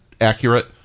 accurate